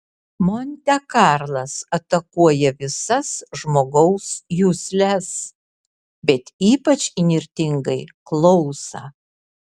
monte karlas atakuoja visas žmogaus jusles bet ypač įnirtingai klausą